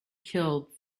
killed